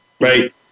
Right